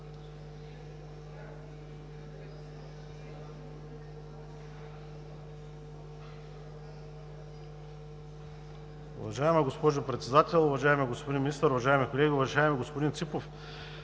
Уважаема госпожо Председател, уважаеми господин Министър, уважаеми колеги! Уважаеми господин Ципов,